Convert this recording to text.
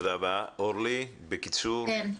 קודם כל,